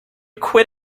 quit